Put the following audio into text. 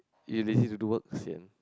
you lazy to do work sian